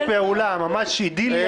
איזה שיתוף פעולה, ממש אידיליה.